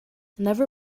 never